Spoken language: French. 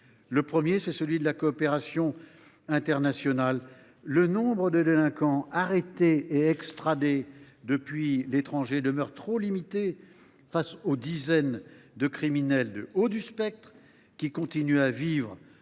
Le premier sujet, c’est la coopération internationale. Le nombre de délinquants arrêtés et extradés depuis l’étranger demeure trop limité eu égard aux dizaines de criminels du haut du spectre qui continuent à vivre